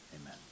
Amen